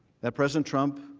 that president trump,